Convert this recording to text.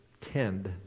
tend